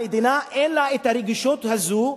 המדינה אין לה הרגישות הזאת,